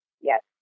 yes